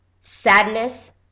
sadness